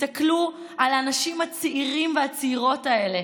תסתכלו על האנשים הצעירים והצעירות האלה,